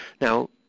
Now